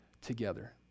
together